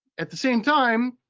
at the same time,